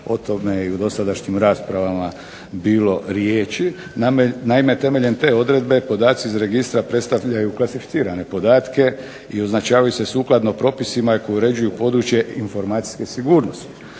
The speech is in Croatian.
o tome je i u dosadašnjim raspravama bilo riječi. Naime, temeljem te odredbe podaci iz registra predstavljaju klasificirane podatke i označavaju se sukladno propisima koji uređuju područje informacijske sigurnosti.